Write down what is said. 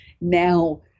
now